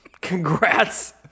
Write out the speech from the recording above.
Congrats